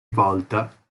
volta